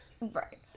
Right